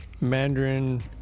Mandarin